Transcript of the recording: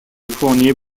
fournier